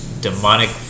demonic